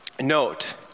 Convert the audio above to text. note